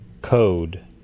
code